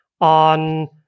on